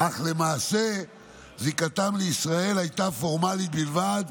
אך למעשה זיקתם לישראל הייתה פורמלית בלבד,